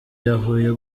yahuye